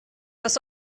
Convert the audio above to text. das